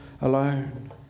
alone